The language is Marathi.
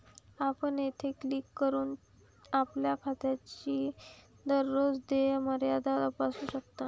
आपण येथे क्लिक करून आपल्या खात्याची दररोज देय मर्यादा तपासू शकता